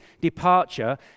departure